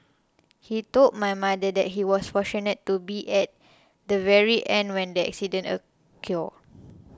he told my mother that he was fortunate to be at the very end when the accident occurred